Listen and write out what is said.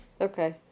Okay